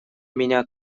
меня